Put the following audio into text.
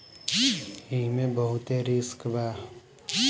एईमे बहुते रिस्क बा